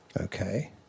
Okay